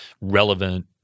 relevant